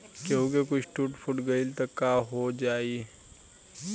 केहू के कुछ टूट फुट गईल त काहो जाई